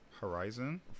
horizon